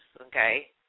okay